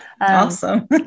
Awesome